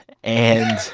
and.